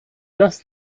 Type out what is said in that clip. das